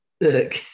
Look